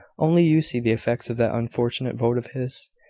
only you see the effects of that unfortunate vote of his.